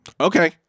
Okay